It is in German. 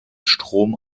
strom